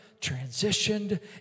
transitioned